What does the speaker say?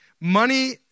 money